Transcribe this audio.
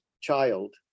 child